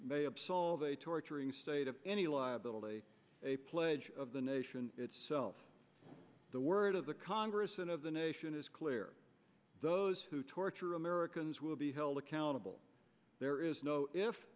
a torturing state of any liability a pledge of the nation itself the word of the congress and of the nation is clear those who torture americans will be held accountable there is no if